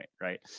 right